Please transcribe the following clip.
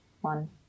one